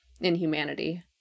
inhumanity